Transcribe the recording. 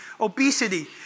obesity